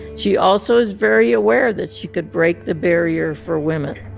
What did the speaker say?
she also is very aware that she could break the barrier for women